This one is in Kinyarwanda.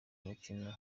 umukino